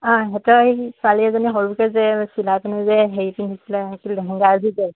অঁ সিহঁতৰ ছোৱালী এজনী সৰুকৈ যে চিলাই পিনে যে হেৰি পিন্ধিছিলে লেহেংগা এযোৰ যে